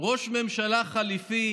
וראש ממשלה חליפי